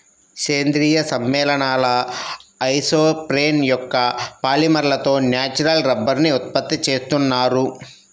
సేంద్రీయ సమ్మేళనాల ఐసోప్రేన్ యొక్క పాలిమర్లతో న్యాచురల్ రబ్బరుని ఉత్పత్తి చేస్తున్నారు